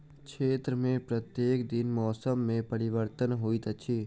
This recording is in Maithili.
क्षेत्र में प्रत्येक दिन मौसम में परिवर्तन होइत अछि